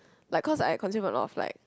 like cause I consume a lot of like